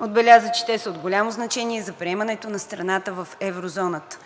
Отбеляза, че те са от голямо значение за приемането на страната в еврозоната.